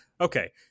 okay